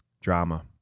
drama